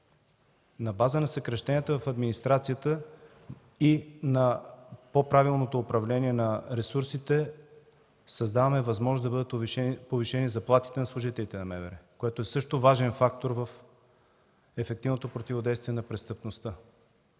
На базата на съкращенията в администрацията и на по-правилното управление на ресурсите, създаваме възможност да бъдат повишени заплатите на служителите на МВР, което е също важен фактор в ефективното противодействие на престъпността.